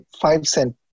five-cent